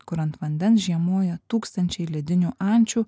kur ant vandens žiemoja tūkstančiai ledinių ančių